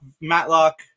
Matlock